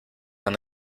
han